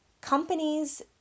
companies